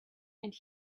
and